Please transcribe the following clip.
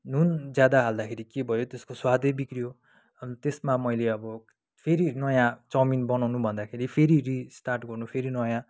नुन ज्यादा हाल्दाखेरि के भयो त्यसको स्वादै बिग्रियो अनि त्यसमा मैले अब फेरि नयाँ चाउमिन बनाउँनु भन्दाखेरि फेरि रिस्टार्ट गर्नु फेरि नयाँ